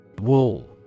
Wool